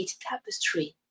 tapestry